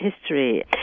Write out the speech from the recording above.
history